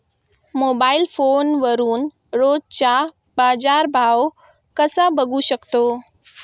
Mobile फोनवरून रोजचा बाजारभाव कसा बघू शकतो?